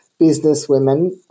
businesswomen